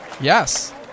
Yes